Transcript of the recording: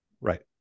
Right